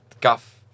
Guff